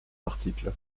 article